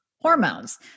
hormones